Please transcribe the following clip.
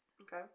Okay